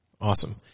awesome